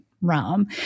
realm